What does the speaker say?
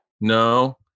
No